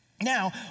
Now